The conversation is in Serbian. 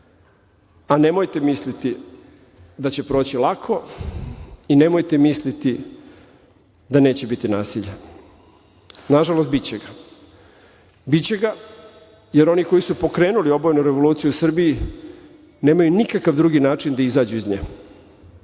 prođe. Nemojte misliti da će proći lako i nemojte misliti da neće biti nasilja. Nažalost biće ga, biće ga, jer oni koji su pokrenuli obojenu revoluciju u Srbiji nemaju nikakav drugi način da izađu iz nje,